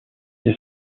des